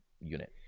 unit